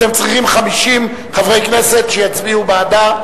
אתם צריכים 50 חברי כנסת שיצביעו בעדה.